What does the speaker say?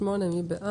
תקנה 58, מי בעד?